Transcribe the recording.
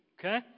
Okay